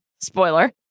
spoiler